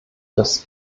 dass